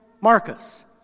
Marcus